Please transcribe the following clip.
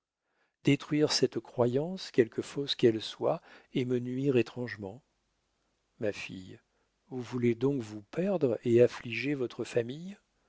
détruire cette croyance quelque fausse qu'elle soit est me nuire étrangement ma fille vous voulez donc vous perdre et affliger votre famille